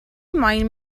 moyn